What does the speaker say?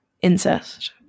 Incest